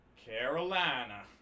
Carolina